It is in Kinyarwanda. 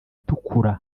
itukura